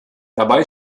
dabei